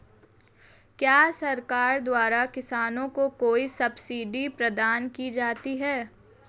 क्या सरकार द्वारा किसानों को कोई सब्सिडी प्रदान की जाती है?